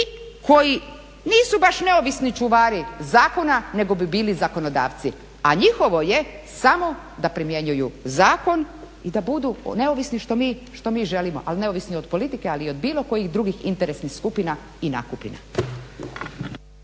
koji nisu baš neovisni čuvari zakona nego bi bili zakonodavci. A njihovo je samo da primjenjuju zakon i da budu neovisni što mi želimo. Ali neovisni od politike i od bilo kojih drugih interesnih skupina i nakupina.